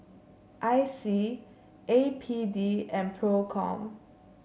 I C A P D and Procom